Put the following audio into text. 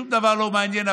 שום דבר לא מעניין,